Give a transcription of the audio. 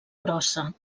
brossa